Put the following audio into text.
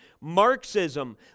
Marxism